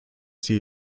sie